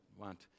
want